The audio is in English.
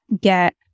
get